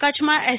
કચ્છમાં એસ